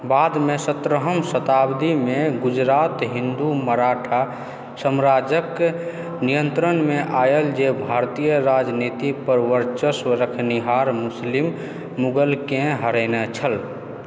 बादमे सत्रहम शताब्दीमे गुजरात हिन्दू मराठा साम्राज्यक नियन्त्रणमे आयल जे भारतीय राजनीति पर वर्चस्व रखनिहार मुस्लिम मुगलकेँ हरेने छल